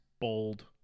bold